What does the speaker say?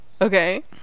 okay